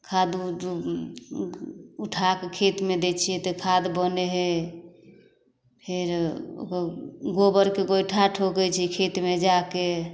खाद उद उठाकऽ खेतमे दै छिए तऽ खाद बनै हइ फेर गोबरके गोइठा ठोकै छिए खेतमे जा कऽ